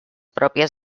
pròpies